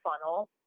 funnel